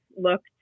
looked